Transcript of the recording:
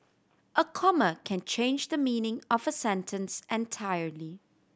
a comma can change the meaning of a sentence entirely